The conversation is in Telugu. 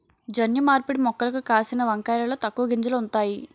జన్యు మార్పిడి మొక్కలకు కాసిన వంకాయలలో తక్కువ గింజలు ఉంతాయి